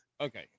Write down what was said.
Okay